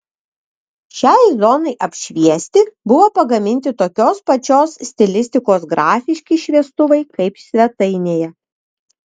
šiai zonai apšviesti buvo pagaminti tokios pačios stilistikos grafiški šviestuvai kaip svetainėje